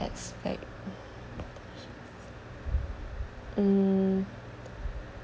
expectations mm